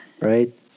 right